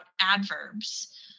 adverbs